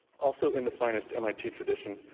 also in the finest mit tradition,